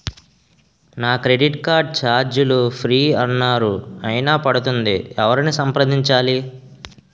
నా credit card ఛార్జీలు free అన్నారు అయినా పడుతుంది ఎవరిని సంప్రదించాలి?